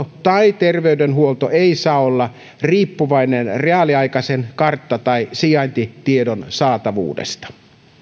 tai terveydenhuolto ei saa olla riippuvainen reaaliaikaisen kartta tai sijaintitiedon saatavuudesta